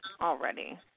already